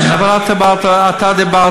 מה שפעם,